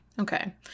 okay